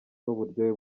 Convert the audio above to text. n’uburyohe